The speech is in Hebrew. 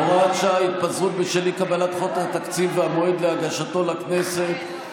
הוראת שעה) (התפזרות בשל אי-קבלת חוק התקציב והמועד להגשתו לכנסת),